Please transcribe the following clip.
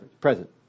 present